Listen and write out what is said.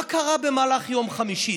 מה קרה במהלך יום חמישי?